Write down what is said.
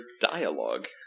dialogue